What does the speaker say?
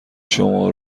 شما